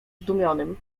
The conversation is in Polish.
zdumionym